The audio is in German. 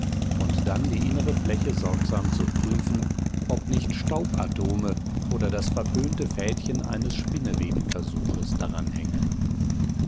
und dann die innere fläche sorgsam zu prüfen ob nicht staubatome oder das verpönte fädchen eines spinnewebenversuchs daran hänge